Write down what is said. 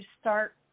start